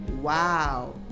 Wow